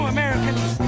Americans